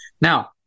Now